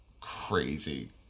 Crazy